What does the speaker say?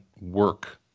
work